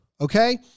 Okay